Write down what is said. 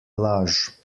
laž